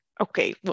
Okay